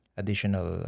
additional